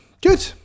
good